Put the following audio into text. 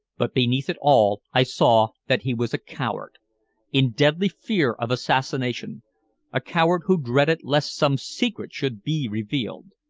but beneath it all i saw that he was a coward in deadly fear of assassination a coward who dreaded lest some secret should be revealed.